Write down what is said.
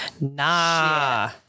nah